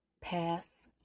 Pass